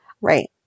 Right